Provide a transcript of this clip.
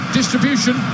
Distribution